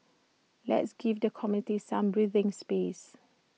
let's give the committee some breathing space